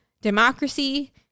democracy